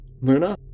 Luna